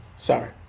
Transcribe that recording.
Sorry